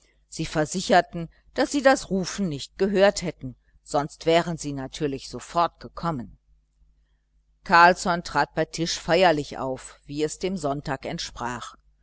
sie versicherten daß sie das rufen nicht gehört hätten sonst wären sie natürlich sofort gekommen carlsson trat bei tisch feierlich auf wie es dem sonntag entsprach